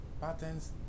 patterns